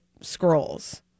scrolls